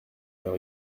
leur